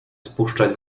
spuszczać